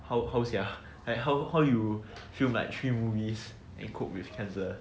how how sia I how how you film like three movies and cope with cancer